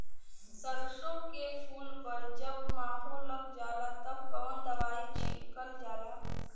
सरसो के फूल पर जब माहो लग जाला तब कवन दवाई छिड़कल जाला?